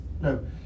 no